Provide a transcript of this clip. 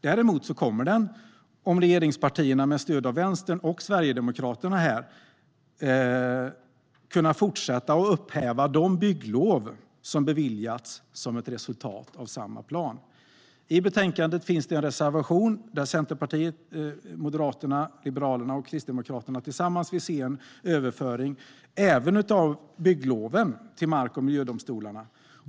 Däremot kommer länsstyrelsen - genom regeringspartierna med stöd av Vänstern och Sverigedemokraterna - att kunna fortsätta upphäva de bygglov som har beviljats som ett resultat av samma plan. I betänkandet finns en reservation där Centerpartiet, Moderaterna, Liberalerna och Kristdemokraterna tillsammans vill se en överföring även av byggloven till mark och miljödomstolarna.